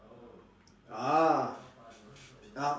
ah